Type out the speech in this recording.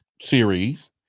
series